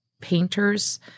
painters